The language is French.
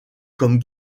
comme